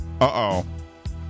Uh-oh